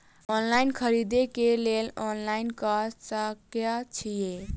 खाद खरीदे केँ लेल ऑनलाइन कऽ सकय छीयै?